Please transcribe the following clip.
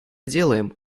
делаем